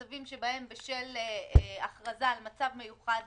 מצבים שבהם בשל הכרזה על מצב מיוחד